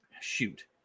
shoot